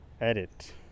edit